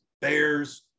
bears